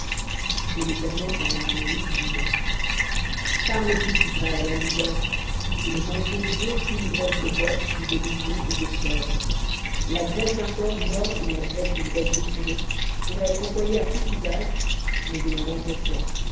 et l'éternel parla à moïse disant parle aux fils d'israël en disant vous ne mangerez aucune graisse de bœuf ou de mouton ou de chèvre la graisse d'un corps mort ou la graisse d'une déchirée pourra être employée à tout usage mais vous n'en mangerez point